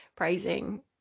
praising